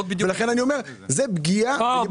לכן אני אומר שזו פגיעה בתחרות.